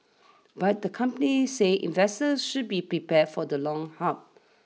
but the company said investors should be prepared for the long haul